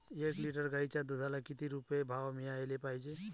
एक लिटर गाईच्या दुधाला किती रुपये भाव मिळायले पाहिजे?